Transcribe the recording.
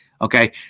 Okay